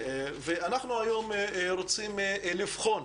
אנחנו היום רוצים לבחון,